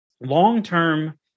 long-term